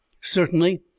Certainly